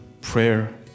prayer